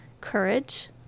courage